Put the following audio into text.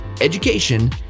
education